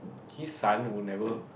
his son will never